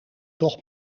toch